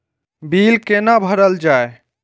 Bill कैना भरल जाय?